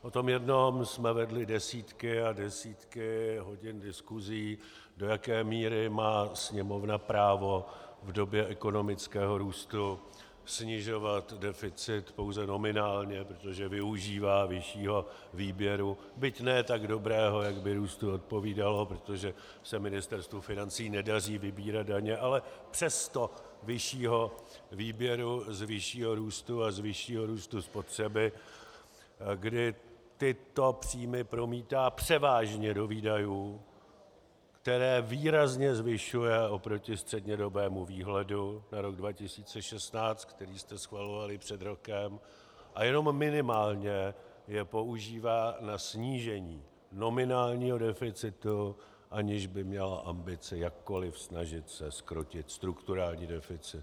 O tom jednom jsme vedli desítky a desítky hodin diskusí, do jaké míry má Sněmovna právo v době ekonomického růstu snižovat deficit pouze nominálně, protože využívá vyššího výběru byť ne tak dobrého, jak by růstu odpovídalo, protože se Ministerstvu financí nedaří vybírat daně, ale přesto vyššího výběru z vyššího růstu a z vyššího růstu spotřeby, kdy tyto příjmy promítá převážně do výdajů, které výrazně zvyšuje oproti střednědobému výhledu na rok 2016, který jste schvalovali před rokem, a jenom minimálně je používá na snížení nominálního deficitu, aniž by měla ambice jakkoli se snažit zkrotit strukturální deficit.